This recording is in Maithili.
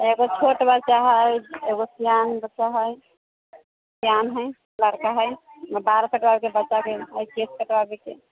एगो छोट बच्चा हइ एगो सयान बच्चा हइ सयान हइ लड़का हइ बाल कटवाबयके बच्चाके केश कटवाबयके